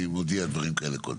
אני מודיע דברים כאלה קודם,